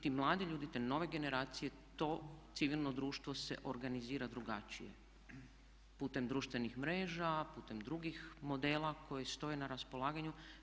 Ti mladi ljudi, te nove generacije to civilno društvo se organizira drugačije putem društvenih mreža, putem drugih modela koji stoje na raspolaganju.